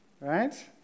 right